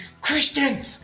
Christian